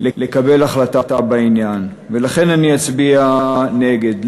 לקבל החלטה בעניין, ולכן אני אצביע נגד.